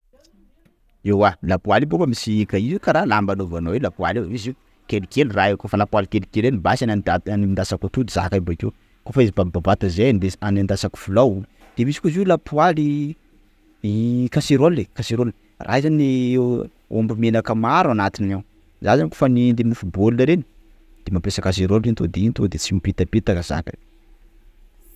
Ewa lapoaly io bôka misy; ka- io kara lamba anaovano io lapoaly io, izy io, kelikely raha io, kôfa lapoaly kelikely basy anendasako atody zaka io bakeo, koafa izy bav- bavata zay anendasako filao, de misy koa izy io lapoaly kaseroly, kasiraoly! _x000D_ Raha io zany omby menaka maro anatiny ao; za zany kôfa anendy mofo bol reny de mampiasa kasiraoly zany to de, iny to de tsy mipetapetaka zaka io